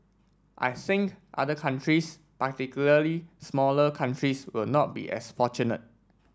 I think other countries particularly smaller countries will not be as fortunate